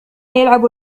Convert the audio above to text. يلعب